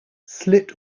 slit